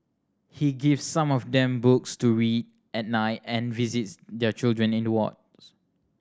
he gives some of them books to read at night and visits their children in the wards